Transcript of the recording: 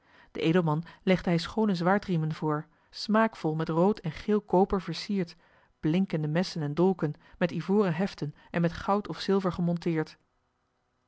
den edelman legde hij schoone zwaardriemen voor smaakvol met rood en geel koper versierd blinkende messen en dolken met ivoren heften en met goud of zilver gemonteerd